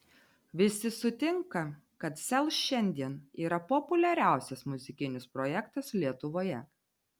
visi sutinka kad sel šiandien yra populiariausias muzikinis projektas lietuvoje